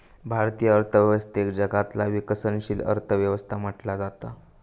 भारतीय अर्थव्यवस्थेक जगातला विकसनशील अर्थ व्यवस्था म्हटला जाता